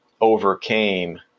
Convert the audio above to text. overcame